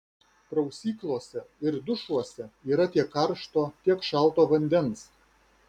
prausyklose ir dušuose yra tiek karšto tiek šalto vandens